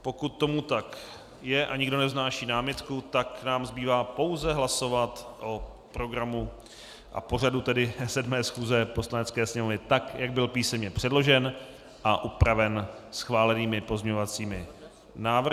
Pokud tomu tak je a nikdo nevznáší námitku, tak nám zbývá pouze hlasovat o programu a pořadu 7. schůze Poslanecké sněmovny, tak jak byl písemně předložen a upraven schválenými pozměňovacími návrhy.